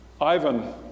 Ivan